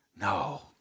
no